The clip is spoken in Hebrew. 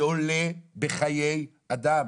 זה עולה בחיי אדם.